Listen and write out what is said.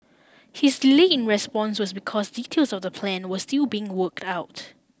his delay in response was because details of the plan were still being worked out